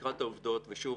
ויקרא את העובדות ושוב,